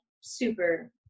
super